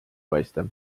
paista